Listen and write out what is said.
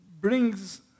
brings